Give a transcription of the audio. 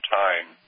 time